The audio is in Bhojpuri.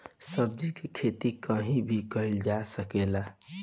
सब्जी के खेती कहीं भी कईल जा सकेला